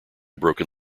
broken